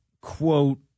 quote